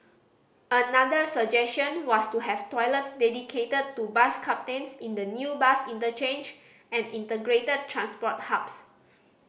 another suggestion was to have toilets dedicated to bus captains in the new bus interchange and integrated transport hubs